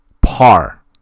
par